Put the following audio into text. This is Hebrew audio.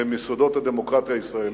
והוא מיסודות הדמוקרטיה הישראלית,